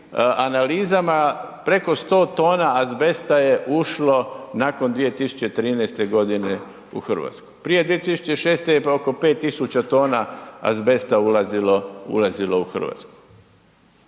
analizama preko 100 tona azbesta je ušlo nakon 2013.g. u RH. Prije 2006. je oko 5000 tona azbesta ulazilo u RH